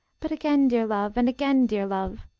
but again, dear love, and again, dear love,